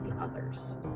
others